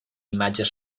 imatges